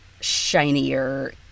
shinier